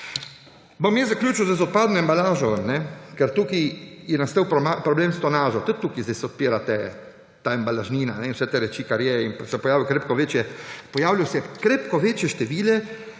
Bom jaz zaključil z odpadno embalažo, ker tukaj je nastal problem s tonažo, tudi tukaj se odpira ta embalažnina in vse te reči, kar je. Pojavilo se je krepko večje število